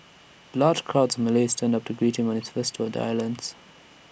large crowds of Malays turned up to greet him on his first tour of islands